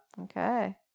Okay